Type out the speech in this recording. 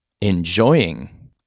enjoying